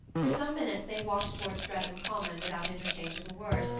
for some minutes they walked towards streatham common without interchange of a word,